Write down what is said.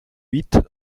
huit